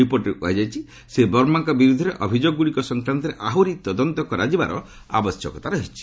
ରିପୋର୍ଟରେ କୁହାଯାଇଛି ଶ୍ରୀ ବର୍ମାଙ୍କ ବିରୁଦ୍ଧରେ ଅଭିଯୋଗଗୁଡ଼ିକ ସଂକ୍ରାନ୍ତରେ ଆହୁରି ତଦନ୍ତ କରାଯିବାର ଆବଶ୍ୟକତା ରହିଛି